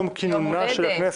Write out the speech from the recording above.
יום כינונה של הכנסת.